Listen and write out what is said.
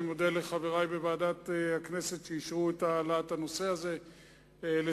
אני מודה לחברי בוועדת הכנסת שאישרו את העלאת הנושא לסדר-היום.